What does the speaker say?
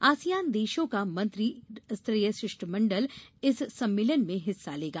ASEAN देशों का मंत्री स्तरीय शिष्टमंडल इस सम्मेलन में हिस्सा लेगा